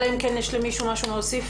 אלא אם כן יש למישהו משהו להוסיף,